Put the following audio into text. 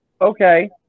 okay